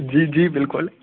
जी जी बिल्कुल